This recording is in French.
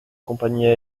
compagnies